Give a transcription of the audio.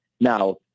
Now